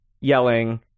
yelling